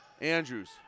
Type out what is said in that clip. Andrews